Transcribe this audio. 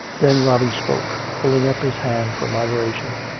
then robin spoke, holding up his hand for moderation.